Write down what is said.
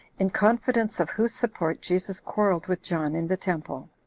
in confidence of whose support, jesus quarreled with john in the temple,